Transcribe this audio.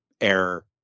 error